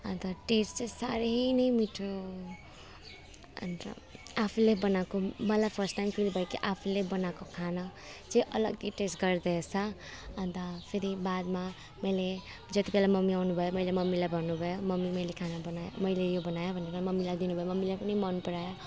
अन्त टेस्ट चाहिँ साह्रै नै मिठो अन्त आफूले बनाएको मलाई फर्स्ट टाइम फिल भयो कि आफूले बनाएको खाना चाहिँ अलगै टेस्ट गर्दोरहेछ अन्त फेरि बादमा मैले जति बेला मम्मी आउनुभयो मैले मम्मीलाई भन्नुभयो मम्मी मैले खाना बनायो मैले यो बनायो भनेर मम्मीलाई दिनुभयो मम्मीलाई पनि मनपरायो